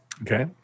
Okay